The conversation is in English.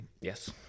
Yes